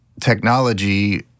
technology